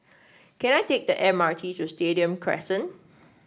can I take the M R T to Stadium Crescent